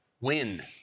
win